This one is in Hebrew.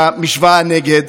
המשוואה נגד,